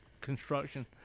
construction